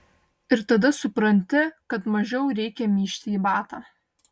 ir tada supranti kad mažiau reikia myžti į batą